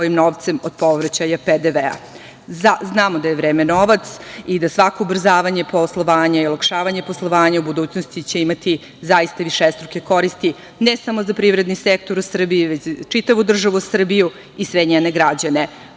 svojim novcem od povraćaja PDV-a. Znamo da je vreme novac i da svako ubrzavanje poslovanja i olakšavanje poslovanja u budućnosti će imati zaista višestruke koristi, ne samo za privredni sektor u Srbiji, već za čitavu državu Srbiju i sve njene građane. Boljom